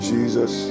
Jesus